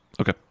Okay